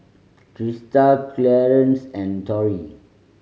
Trista Clearence and Torrie